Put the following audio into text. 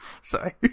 Sorry